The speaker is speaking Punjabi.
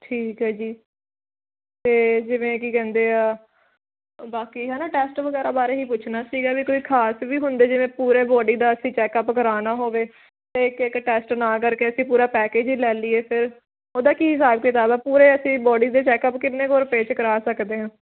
ਠੀਕ ਐ ਜੀ ਤੇ ਜਿਵੇਂ ਕੀ ਕਹਿੰਦੇ ਆ ਬਾਕੀ ਹੈਨਾ ਟੈਸਟ ਵਗੈਰਾ ਬਾਰੇ ਹੀ ਪੁੱਛਣਾ ਸੀਗਾ ਵੀ ਕੋਈ ਖਾਸ ਵੀ ਹੁੰਦੇ ਜਿਵੇਂ ਪੂਰੇ ਬੋਡੀ ਦਾ ਅਸੀਂ ਚੈੱਕਅਪ ਕਰਾਨਾ ਹੋਵੇ ਤੇ ਇੱਕ ਇੱਕ ਟੈਸਟ ਨਾ ਕਰਕੇ ਅਸੀਂ ਪੂਰਾ ਪੈਕੇਜ ਹੀ ਲੈ ਲਈਏ ਫੇਰ ਉਹਦਾ ਕੀ ਹਿਸਾਬ ਕਿਤਾਬ ਐ ਪੂਰੇ ਅਸੀਂ ਬੋਡੀ ਦਾ ਚੈੱਕਅਪ ਕਿੰਨੇ ਸੌ ਰੁਪਏ ਚ ਕਰਾ ਸਕਦੇ ਆਂ